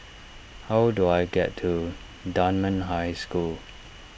how do I get to Dunman High School